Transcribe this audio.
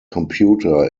computer